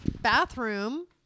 bathroom